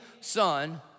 son